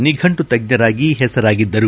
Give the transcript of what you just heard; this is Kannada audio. ನಿಫಂಟು ತಜ್ಜರಾಗಿ ಹೆಸರಾಗಿದ್ದರು